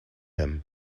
him